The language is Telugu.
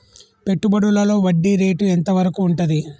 పెట్టుబడులలో వడ్డీ రేటు ఎంత వరకు ఉంటది?